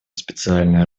специальной